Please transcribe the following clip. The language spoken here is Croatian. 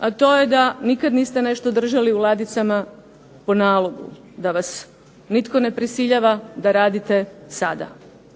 a to je da nikad niste nešto držali u ladicama po nalogu, da vas nitko ne prisiljava da radite sada